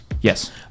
Yes